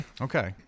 Okay